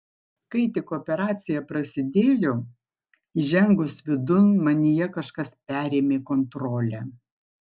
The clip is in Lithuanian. kai tik operacija prasidėjo įžengus vidun manyje kažkas perėmė kontrolę